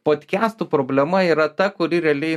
podkestų problema yra ta kuri realiai